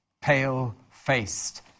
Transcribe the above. pale-faced